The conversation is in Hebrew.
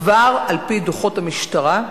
כבר, על-פי דוחות המשטרה,